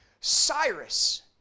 Cyrus